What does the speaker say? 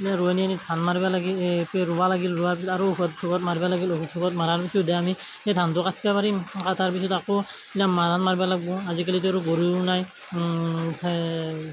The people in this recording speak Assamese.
ৰোৱনী আনি ধান মাৰবা লাগিল এই ৰুব লাগিল ৰোৱাৰ পিছত আৰু ঔষধ চৌষধ মাৰবা লাগিল ঔষধ চৌষধ মৰাৰ পিছতহে আমি সেই ধানটো কাটবা পাৰিম কটাৰ পিছত আকৌ এতিয়া মাৰাণ মাৰবা লাগিব আজিকালিতো আৰু গৰু নাই